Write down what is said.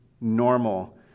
normal